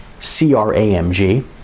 CRAMG